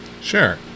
sure